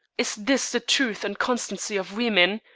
is this the truth and constancy of women?